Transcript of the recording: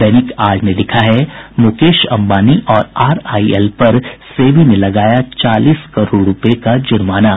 दैनिक आज ने लिखा है मुकेश अंबानी और आरआईएल पर सेबी ने लगाया चालीस करोड़ रूपये का जुर्माना